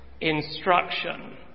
instruction